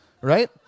right